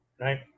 Right